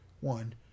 one